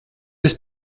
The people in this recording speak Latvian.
esi